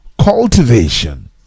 cultivation